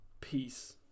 Peace